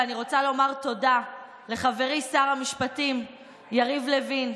אני רוצה לומר תודה לחברי שר המשפטים יריב לוין.